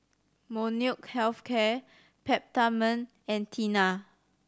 Molnylcke Health Care Peptamen and Tena